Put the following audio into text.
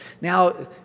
Now